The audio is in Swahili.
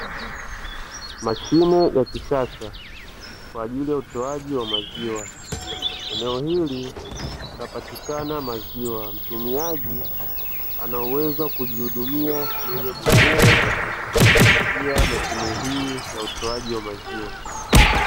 Mashine ya kisasa kwa ajili ya utoaji wa maziwa, eneo hili kunapatikana maziwa. Mtumiaji ana uwezo wa kujihudumia yeye mwenyewe kupitia mashine hii ya utoaji wa maziwa.